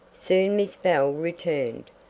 soon miss bell returned.